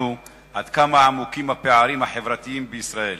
עד כמה עמוקים הפערים החברתיים בישראל